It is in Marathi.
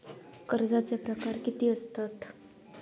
कर्जाचे प्रकार कीती असतत?